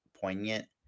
poignant